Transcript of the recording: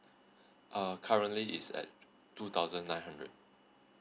uh currently is at two thousand nine hundred